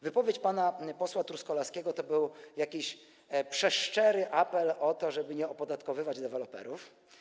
Wypowiedź pana posła Truskolaskiego to był jakiś przeszczery apel o to, żeby nie opodatkować deweloperów.